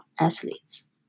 athletes